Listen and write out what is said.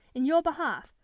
in your behalf,